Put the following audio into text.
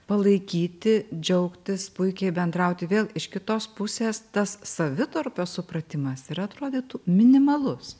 palaikyti džiaugtis puikiai bendrauti vėl iš kitos pusės tas savitarpio supratimas ir atrodytų minimalus